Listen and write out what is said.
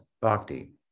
bhakti